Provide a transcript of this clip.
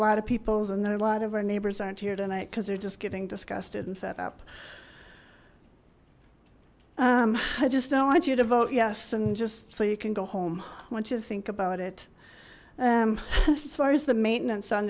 lot of peoples and there are a lot of our neighbors aren't here tonight because they're just getting disgusted and fed up i just don't want you to vote yes and just so you can go home once you think about it as far as the maintenance on